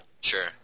Sure